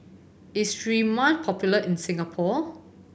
is Sterimar popular in Singapore